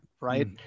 right